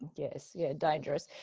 yes. yeah, dangerous.